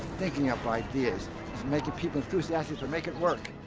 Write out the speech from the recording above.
thinking up ideas. he was making people enthusiastic to make it work.